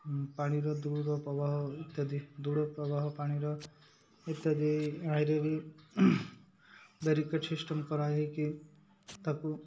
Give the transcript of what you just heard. ପାଣିର ଦୃଢ଼ ପ୍ରବାହ ଇତ୍ୟାଦି ଦୃଢ଼ ପ୍ରବାହ ପାଣିର ଇତ୍ୟାଦି ଘାଇରେ ବି ବ୍ୟାରିକେଟ୍ ସିଷ୍ଟମ୍ କରା ହେଇକି ତାକୁ